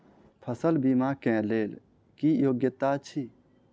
फसल बीमा केँ लेल की योग्यता अछि?